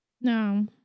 No